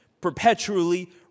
perpetually